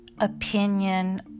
opinion